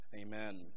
Amen